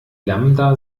lambda